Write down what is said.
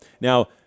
Now